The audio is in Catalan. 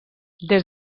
des